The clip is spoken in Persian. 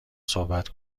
صحبت